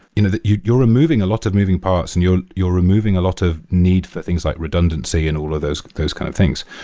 you know you're you're removing a lot of moving parts and you're you're removing a lot of need for things like redundancy and all of those those kind of things.